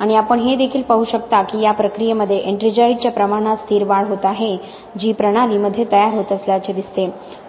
आणि आपण हे देखील पाहू शकता की या प्रक्रियेमध्ये एट्रिंजाइटच्या प्रमाणात स्थिर वाढ होत आहे जी प्रणालीमध्ये तयार होत असल्याचे दिसते